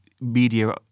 media